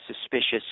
suspicious